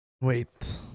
wait